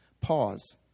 Pause